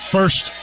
First